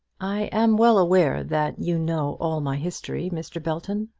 i am well aware that you know all my history, mr. belton.